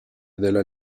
della